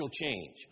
change